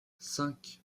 cinq